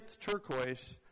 turquoise